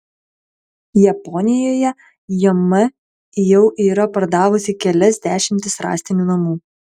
japonijoje jm jau yra pardavusi kelias dešimtis rąstinių namų